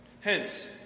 Hence